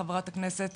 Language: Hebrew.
חברת הכנסת